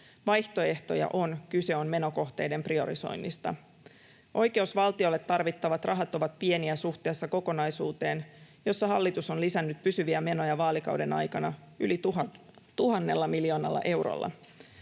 Vaihtoehtoja on, kyse on menokohteiden priorisoinnista. Oikeusvaltiolle tarvittavat rahat ovat pieniä suhteessa kokonaisuuteen, jossa hallitus on lisännyt pysyviä menoja vaalikauden aikana yli 1 000 miljoonalla eurolla.